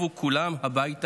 התשפ"ד